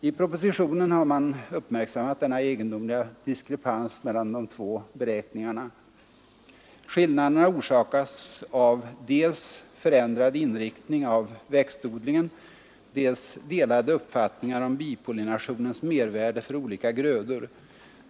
I propositionen har man uppmärksammat denna egendomliga diskrepans mellan de två beräkningarna. Det heter i propositionen: ”Skillnaderna orsakas av dels förändrad inriktning av växtodlingen, dels delade uppfattningar om bipollinationens mervärde för olika grödor.